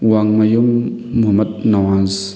ꯋꯥꯡꯃꯌꯨꯝ ꯃꯨꯍꯝꯃꯗ ꯅꯋꯥꯖ